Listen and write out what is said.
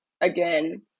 again